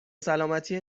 سلامتی